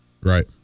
Right